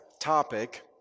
topic